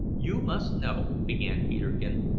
you must know, began peterkin,